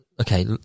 Okay